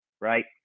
right